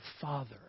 Father